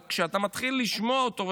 אבל כשאתה מתחיל לשמוע אותו,